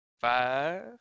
five